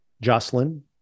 Jocelyn